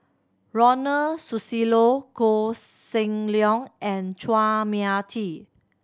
Ronald Susilo Koh Seng Leong and Chua Mia Tee